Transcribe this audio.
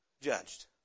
judged